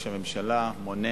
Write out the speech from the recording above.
בסדר.